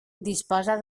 disposa